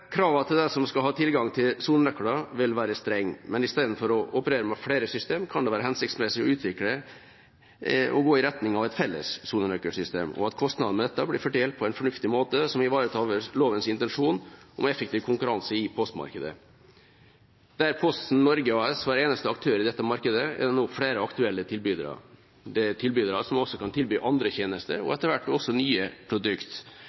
til dem som skal ha tilgang til sonenøkler, vil være strenge. Men istedenfor å operere med flere system kan det være hensiktsmessig å utvikle og gå i retning av et felles sonenøkkelsystem, og at kostnadene ved dette blir fordelt på en fornuftig måte som ivaretar lovens intensjon om effektiv konkurranse i postmarkedet. Der Posten Norge AS var eneste aktør i dette markedet, er det nå flere aktuelle tilbydere. Det er tilbydere som også kan tilby andre tjenester, og